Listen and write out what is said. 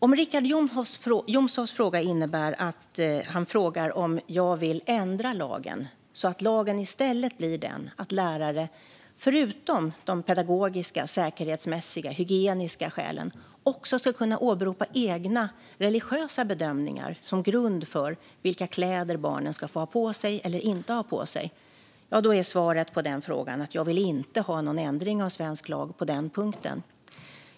Om Richard Jomshofs fråga innebär att han frågar om jag vill ändra lagen, så att lärare förutom de pedagogiska, säkerhetsmässiga och hygieniska skälen också ska kunna åberopa egna religiösa bedömningar som grund för vilka kläder barnen ska få ha på sig eller inte ha på sig, är svaret på den frågan att jag inte vill ha någon ändring av svensk lag på den punkten.